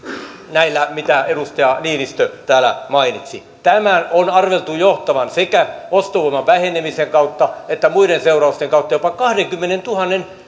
näillä mitä edustaja niinistö täällä mainitsi tämän on arveltu johtavan sekä ostovoiman vähenemisen kautta että muiden seurausten kautta jopa kahdenkymmenentuhannen